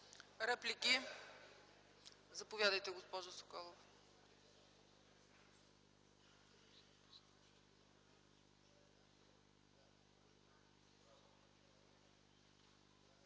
Реплики? Заповядайте, госпожо Соколова.